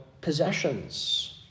possessions